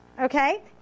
Okay